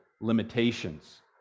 limitations